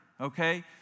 okay